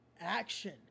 action